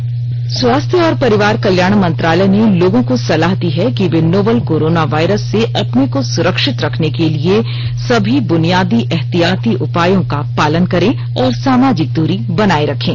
advisory स्वास्थ्य और परिवार कल्याण मंत्रालय ने लोगों को सलाह दी है कि वे नोवल कोरोना वायरस से अपने को सुरक्षित रखने के लिए सभी बुनियादी एहतियाती उपायों का पालन करें और सामाजिक दूरी बनाए रखें